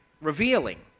revealing